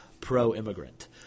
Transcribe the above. pro-immigrant